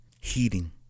heating